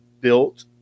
built